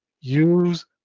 use